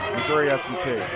missouri s and t.